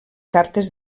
cartes